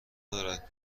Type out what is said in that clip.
دارد